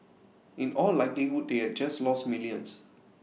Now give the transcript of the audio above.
in all likelihood they had just lost millions